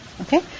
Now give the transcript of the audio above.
okay